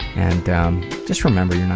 and um just remember yeah